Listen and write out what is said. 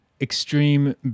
extreme